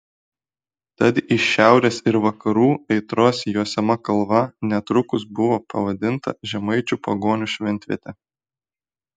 tad iš šiaurės ir vakarų aitros juosiama kalva netrukus buvo pavadinta žemaičių pagonių šventviete